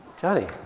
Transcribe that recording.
Johnny